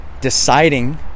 deciding